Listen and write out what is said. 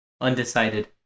Undecided